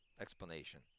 explanation